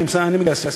אני מגיע לסיכום.